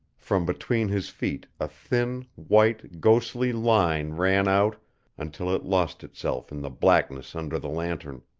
from between his feet a thin, white, ghostly line ran out until it lost itself in the blackness under the lantern.